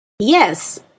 Yes